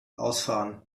ausfahren